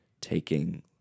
taking